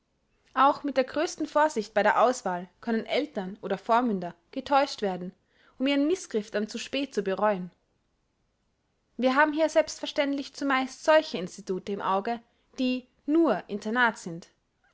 auch mit der größten vorsicht bei der auswahl können eltern oder vormünder getäuscht werden um ihren mißgriff dann zu spät zu bereuen wir haben hier selbstverständlich zumeist solche institute im auge die nur internat sind